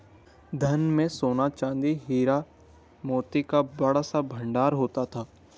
धन में सोना, चांदी, हीरा, मोती का बड़ा सा भंडार होता था